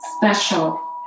special